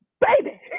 baby